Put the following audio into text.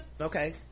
Okay